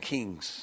Kings